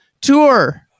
tour